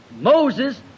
Moses